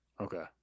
okay